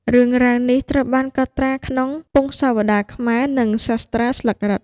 រឿងរ៉ាវនេះត្រូវបានកត់ត្រាក្នុងពង្សាវតារខ្មែរ និងសាស្ត្រាស្លឹករឹត។